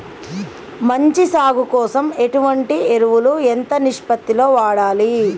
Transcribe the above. మంచి సాగు కోసం ఎటువంటి ఎరువులు ఎంత నిష్పత్తి లో వాడాలి?